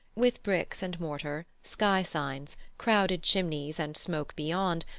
with bricks and mortar, sky signs, crowded chimneys and smoke beyond,